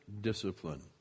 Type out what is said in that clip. discipline